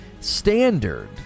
standard